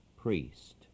priest